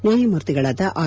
ನ್ಯಾಯಮೂರ್ತಿಗಳಾದ ಆರ್